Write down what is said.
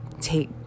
take